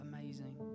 amazing